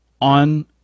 on